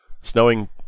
snowing